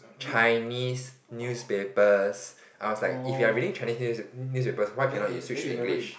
Chinese newspapers I was like if you are reading Chinese news newspaper why can't you switch to English